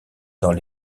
dans